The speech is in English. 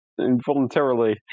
involuntarily